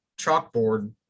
chalkboard